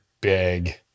big